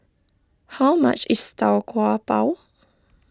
how much is Tau Kwa Pau